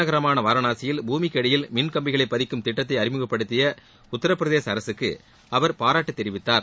நகரமான வாரணாசியில் பூமிக்கடியில் மின் கம்பிகளை பதிக்கும் திட்டத்தை கோவில் அறிமுகப்படுத்திய உத்தரப் பிரதேச அரசுக்கு அவர் பாராட்டு தெரிவித்தார்